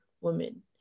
women